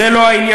זה לא העניין.